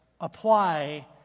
apply